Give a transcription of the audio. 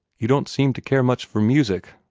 you don't seem to care much for music,